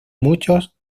muchos